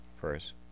First